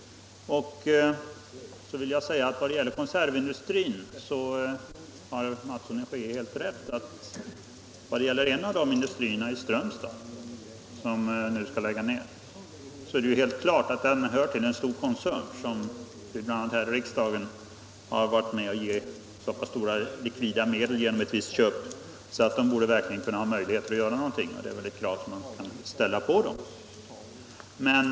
I vad gäller konservindustrin har herr Mattsson i Skee helt rätt. Det är alldeles klart att en av industrierna i Strömstad som nu skall läggas ner hör till en stor koncern som vi här i riksdagen har varit med om att ge så pass stora likvida medel genom ett visst köp att den verkligen borde ha möjlighet att göra någonting; det är ett krav som man kan ställa på det företaget.